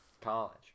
college